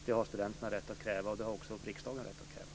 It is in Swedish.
Det har studenterna och även riksdagen rätt att kräva.